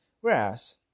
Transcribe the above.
Whereas